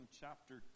chapter